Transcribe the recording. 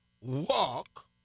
walk